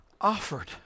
offered